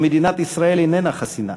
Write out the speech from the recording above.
ומדינת ישראל איננה חסינה.